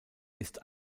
ist